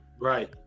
Right